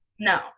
No